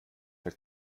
für